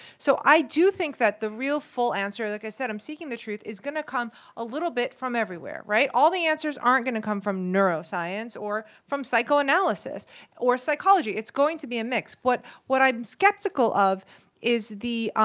so i do think that the real full answer, like i said i'm seeking the truth, is gonna come a little bit from everywhere, right? all the answers aren't gonna come from neuroscience or from psychoanalysis or psychology. it's going to be a mix. what what i'm skeptical of is the